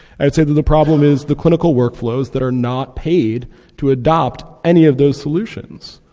i would say that the problem is the clinical workflows that are not paid to adopt any of those solutions.